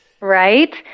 Right